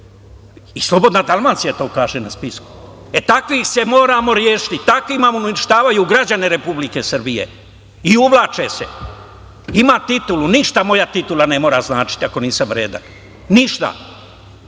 i Slobodna Dalmacija kaže na spisku.E takvih se moramo rešiti, takvi nam uništavaju građane Republike Srbije, i uvlače se, ima titulu. Ništa moja titula ne mora značiti, ako nisam vredan, ništa.